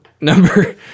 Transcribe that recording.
number